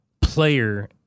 player